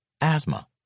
Asthma